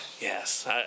Yes